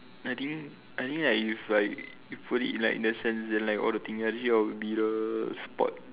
I think I think like if like you put it in like the sense that like all the thing then it will be the support